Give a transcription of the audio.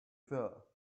there